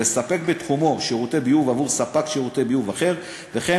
לספק בתחומו שירותי ביוב עבור ספק שירותי ביוב אחר וכן